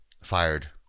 fired